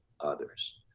others